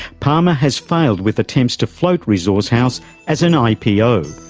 palmer has failed with attempts to float resourcehouse as an ah ipo,